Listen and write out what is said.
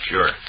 Sure